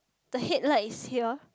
the headlight is here